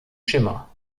schimmer